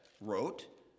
wrote